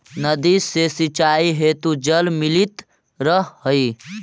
नदी से सिंचाई हेतु जल मिलित रहऽ हइ